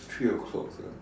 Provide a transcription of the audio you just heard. three o clock sia